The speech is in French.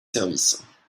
services